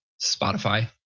Spotify